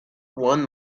one